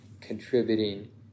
contributing